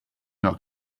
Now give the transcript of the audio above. not